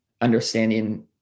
understanding